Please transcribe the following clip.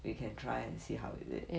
we can try and see how is it